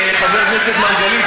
חבר הכנסת מרגלית,